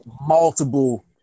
multiple